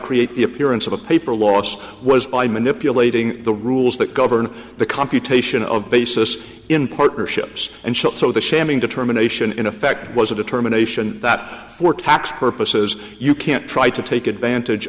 create the appearance of a paper loss was by manipulating the rules that govern the computation of basis in partnerships and shot so the shamming determination in effect was a determination that for tax purposes you can't try to take advantage